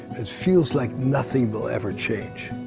it feels like nothing will ever change.